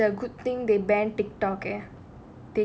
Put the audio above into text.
I feel like it's a good thing they banned TikTok eh